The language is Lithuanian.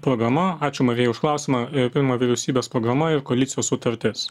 programa ačiū marijai už klausimą apima vyriausybės programa ir koalicijos sutartis